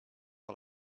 all